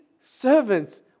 servants